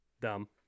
Dumb